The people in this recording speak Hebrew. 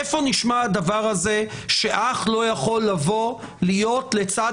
איפה נשמע הדבר הזה שאח לא יכול לבוא להיות לצד